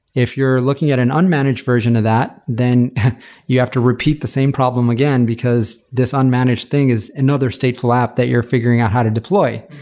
if you're looking at an unmanaged version of that, then you have to repeat the same problem again, because this unmanaged thing is another stateful that you're figuring out how to deploy.